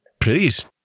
Please